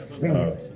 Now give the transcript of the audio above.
No